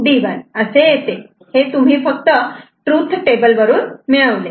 D1असे येते हे तुम्ही फक्त तृथ टेबल वरून मिळवले